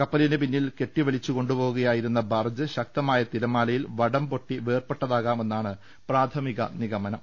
കപ്പലിന് പിന്നിൽ കെട്ടിവലിച്ചുകൊണ്ടുപോകുകയായി രുന്ന ബാർജ് ശക്തമായ തിരമാലയിൽ വടംപൊട്ടി വേർപ്പെട്ടതാ കാമെന്നാണ് പ്രാഥമിക നിഗമനം